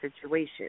situation